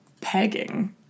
pegging